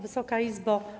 Wysoka Izbo!